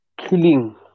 killing